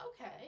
okay